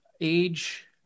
age